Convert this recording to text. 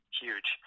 huge